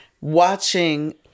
watching